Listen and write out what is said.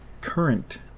current